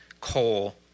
coal